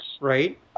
right